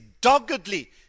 doggedly